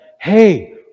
Hey